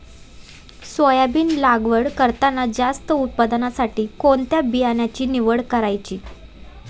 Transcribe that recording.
Soybean लागवड करताना जास्त उत्पादनासाठी कोणत्या बियाण्याची निवड करायची?